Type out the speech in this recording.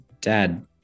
Dad